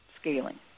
scaling